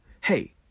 hey